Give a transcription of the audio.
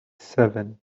seven